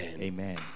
amen